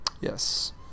Yes